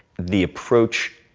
the approach.